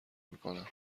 میکنم